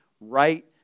right